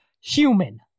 human